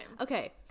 okay